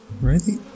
Ready